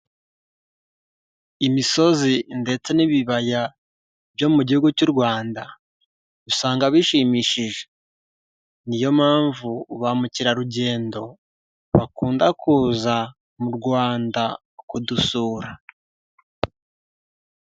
Imisozi ndetse n'ibibaya byo mu Gihugu cy'u Rwanda usanga bishimishije .Niyo mpamvu ba mukerarugendo bakunda kuza mu Rwanda kudusura.